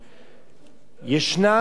ישנה בעיה אחת,